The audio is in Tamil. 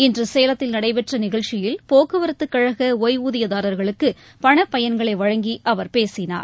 இன்று சேலத்தில் நடைபெற்ற நிகழ்ச்சியில் போக்குவரத்துக் கழக ஒய்வூதியதாரர்களுக்கு பணப் பயன்களை வழங்கி அவர் பேசினார்